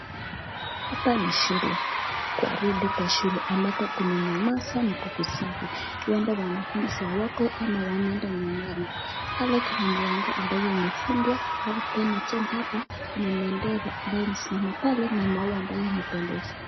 Hapa ni shule ,gwaride kwa shule ambapo kumenyamaza na ni kusafi. Huenda wanafunzi hawako ama wameenda nyumbani, pale kuna mlango ambayo imefungwa halafu tena hapa kuna bendera ambayo imesimama pale na maua ambayo imependeza.